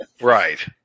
Right